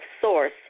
source